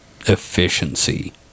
efficiency